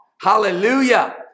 Hallelujah